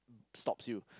stops you